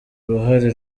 uruhare